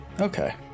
Okay